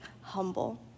humble